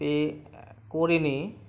pay করি নি